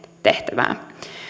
tehtävää